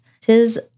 Tis